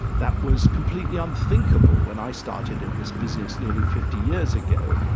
that was completely unthinkable when i started in this business nearly fifty years ago.